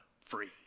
free